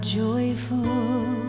joyful